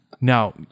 Now